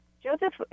Joseph